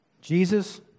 Jesus